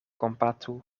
kompatu